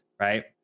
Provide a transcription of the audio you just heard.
Right